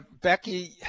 Becky